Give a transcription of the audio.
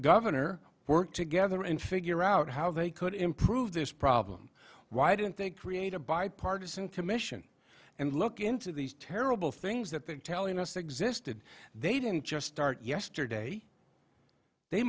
governor work together and figure out how they could improve this problem why didn't they create a bipartisan commission and look into these terrible things that they're telling us existed they didn't just start yesterday they